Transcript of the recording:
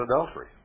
adultery